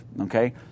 Okay